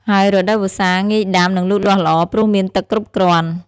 ហើយរដូវវស្សា ងាយដាំ និងលូតលាស់ល្អ ព្រោះមានទឹកគ្រប់គ្រាន់។